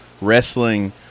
wrestling